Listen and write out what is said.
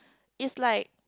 is like